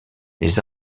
les